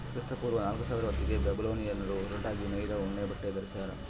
ಕ್ರಿಸ್ತಪೂರ್ವ ನಾಲ್ಕುಸಾವಿರ ಹೊತ್ತಿಗೆ ಬ್ಯಾಬಿಲೋನಿಯನ್ನರು ಹೊರಟಾಗಿ ನೇಯ್ದ ಉಣ್ಣೆಬಟ್ಟೆ ಧರಿಸ್ಯಾರ